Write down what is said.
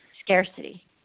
scarcity